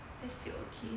that's still okay